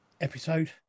episode